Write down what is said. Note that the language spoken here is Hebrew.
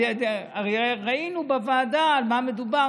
הרי ראינו בוועדה על מה מדובר,